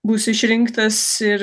būsiu išrinktas ir